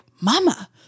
Mama